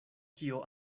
kio